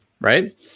Right